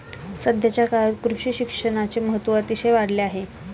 सध्याच्या काळात कृषी शिक्षणाचे महत्त्व अतिशय वाढले आहे